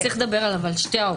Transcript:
האופציות.